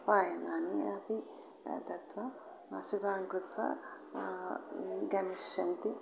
उपायनानि अपि दत्वा वसुधाङ्कृत्वा गमिष्यन्ति